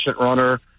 runner